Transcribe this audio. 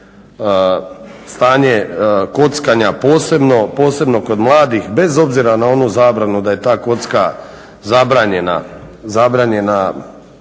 stanje kockanja posebno, posebno kod mladih, bez obzira na onu zabranu da je ta kocka zabranjena